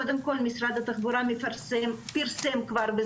קודם כל משרד התחבורה פרסם כבר,